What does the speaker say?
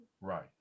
Right